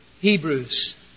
Hebrews